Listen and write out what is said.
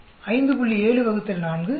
7 4 28